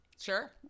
Sure